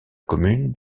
commune